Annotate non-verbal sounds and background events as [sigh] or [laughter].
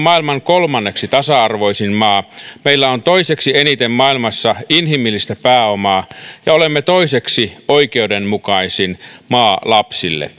[unintelligible] maailman kolmanneksi tasa arvoisin maa meillä on toiseksi eniten maailmassa inhimillistä pääomaa ja olemme toiseksi oikeudenmukaisin maa lapsille [unintelligible]